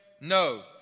No